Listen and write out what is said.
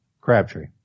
Crabtree